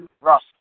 Russ